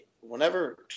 whenever